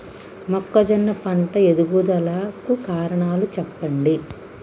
మొక్కజొన్న పంట ఎదుగుదల కు కారణాలు చెప్పండి?